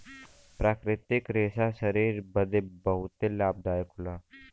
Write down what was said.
प्राकृतिक रेशा शरीर बदे बहुते लाभदायक होला